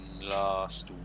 last